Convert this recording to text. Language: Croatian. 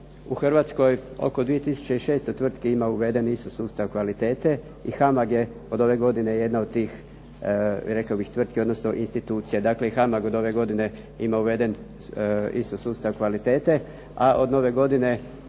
u Hrvatskoj oko 2 tisuće i 600 tvrtki ima uveden "ISO-sustav kvalitete" i "HAMAG" je od ove godine jedna od tih rekao bih tvrtki odnosno institucija. Dakle i "HAMAG" od ove godine ima uveden "ISO-sustav kvalitete", a od nove godine,